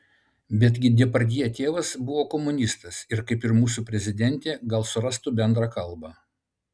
bet gi depardjė tėvas buvo komunistas ir kaip ir mūsų prezidentė gal surastų bendrą kalbą